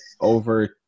over